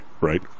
right